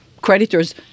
creditors